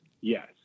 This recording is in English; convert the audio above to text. Yes